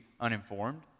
uninformed